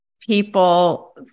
People